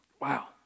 Wow